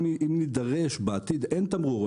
אם נידרש בעתיד אין תמרור,